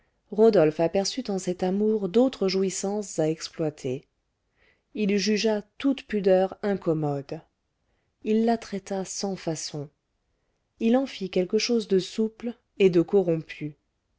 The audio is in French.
rodolphe aperçut en cet amour d'autres jouissances à exploiter il jugea toute pudeur incommode il la traita sans façon il en fit quelque chose de souple et de corrompu